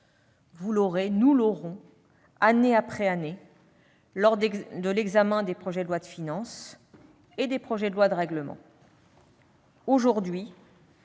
nous aurons ce débat, année après année, lors de l'examen des projets de loi de finances et des projets de loi de règlement.